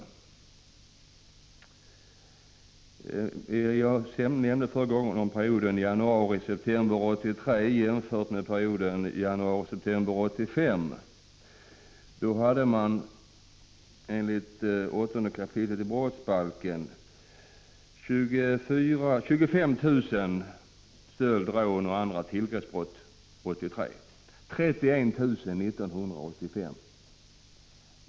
Jag nämnde i mitt tidigare anförande perioden januariseptember 1983 jämfört med perioden januari — september 1985. Av brott som faller under 8 kap. brottsbalken — stöld, rån och andra tillgreppsbrott — hade man 25 000 år 1983 och 31 000 år 1985.